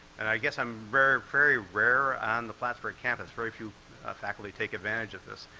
and i guess i'm very very rare on the plattsburgh campus, very few faculty take advantage of this.